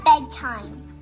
bedtime